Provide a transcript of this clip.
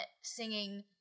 singing